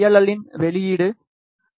L இன் வெளியீடு B